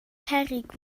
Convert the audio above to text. cerrig